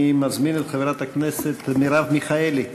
אני מזמין את חברת הכנסת מרב מיכאלי,